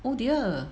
oh dear